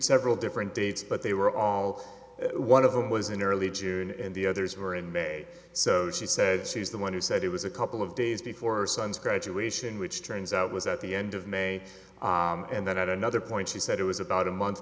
several different dates but they were all one of them was in early june and the others were in may so she said she was the one who said it was a couple of days before son's graduation which turns out was at the end of may and then at another point she said it was about a month